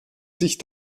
sich